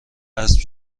اسب